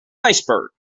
iceberg